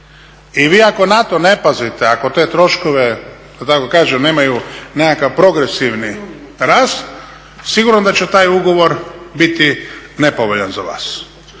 i vi ako na to ne pazite, ako te troškove, da tako kažem nemaju nekakav progresivni rast, sigurno da će taj ugovor biti nepovoljan za vas.